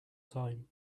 time